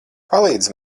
palīdzi